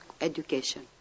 education